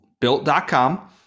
built.com